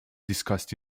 discussed